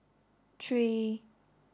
three